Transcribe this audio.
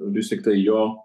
vis tiktai jo